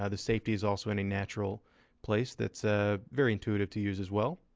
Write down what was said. ah the safety is also in a natural place that's ah very intuitive to use as well.